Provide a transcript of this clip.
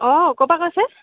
অঁ ক'ৰপা কৈছে